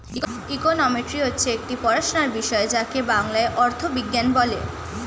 economics হচ্ছে একটি পড়াশোনার বিষয় যাকে বাংলায় অর্থবিজ্ঞান বলে